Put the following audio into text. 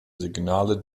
signale